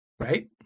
right